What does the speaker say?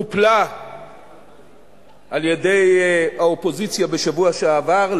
הופלה על-ידי האופוזיציה בשבוע שעבר,